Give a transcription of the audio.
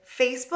Facebook